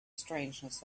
strangeness